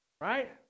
Right